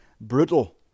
brutal